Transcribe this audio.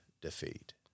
defeat